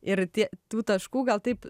ir tie tų taškų gal taip